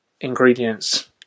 ingredients